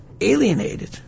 alienated